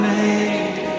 made